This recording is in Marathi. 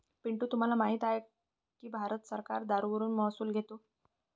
पिंटू तुम्हाला माहित आहे की भारत सरकार दारूवर महसूल घेते